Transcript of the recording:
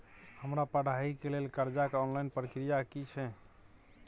हमरा पढ़ाई के लेल कर्जा के ऑनलाइन प्रक्रिया की छै?